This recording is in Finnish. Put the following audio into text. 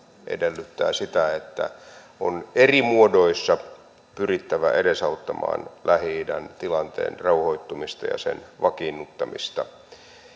edellyttää sitä että on eri muodoissa pyrittävä edesauttamaan lähi idän tilanteen rauhoittumista ja sen vakiinnuttamista